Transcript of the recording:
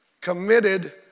Committed